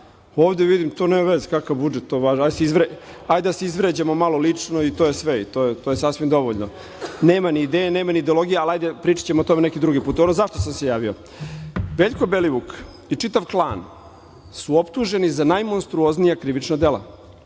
Ovde vidim to nema veze, kakav budžet, ajde da se izvređamo malo lično i to je sve, to je sasvim dovoljno. Nema ni ideje, nema ni ideologije, ali pričaćemo o tome neki drugi put. Ono zašto sam se javio – Veljko Belivuk i čitav klan su optuženi za najmonstruoznija krivična dela.